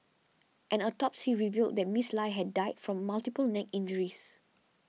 an autopsy revealed that Miss Lie had died from multiple neck injuries